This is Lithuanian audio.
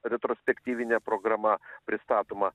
retrospektyvinė programa pristatoma